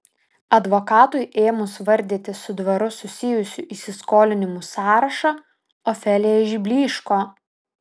advokatui ėmus vardyti su dvaru susijusių įsiskolinimų sąrašą ofelija išblyško